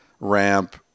ramp